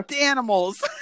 animals